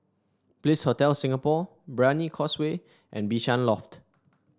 Bliss Hotel Singapore Brani Causeway and Bishan Loft